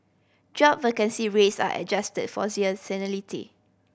job vacancy rates are adjusted for seasonality